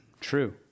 true